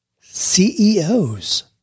CEOs